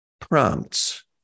prompts